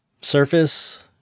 surface